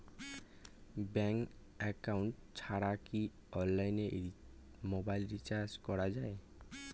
Bank account ছাড়া কি অনলাইনে মোবাইল রিচার্জ করা যায়?